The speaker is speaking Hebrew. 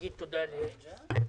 הישיבה ננעלה בשעה 14:55.